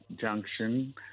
Junction